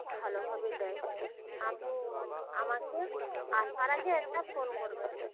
ভালোভাবে দেয় আপনি আমাকে আসার আগে একটা ফোন করবেন